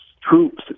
troops